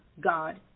God